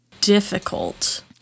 difficult